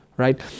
right